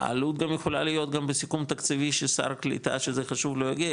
עלות גם יכולה להיות גם בסיכום תקציבי של שר קליטה שזה חשוב להגיד,